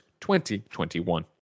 2021